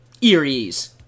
Eerie's